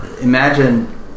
Imagine